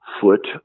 foot